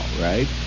right